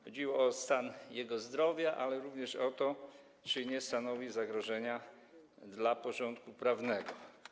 Chodzi o stan jego zdrowia, ale również o to, czy nie stanowi zagrożenia dla porządku prawnego.